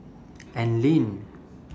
Anlene